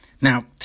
Now